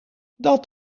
dat